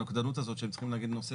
הנוקדנות הזאת שהם צריכים להגיד נושא